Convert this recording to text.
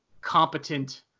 competent